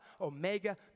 Omega